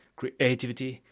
creativity